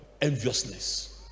enviousness